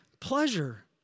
pleasure